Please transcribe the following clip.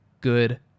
good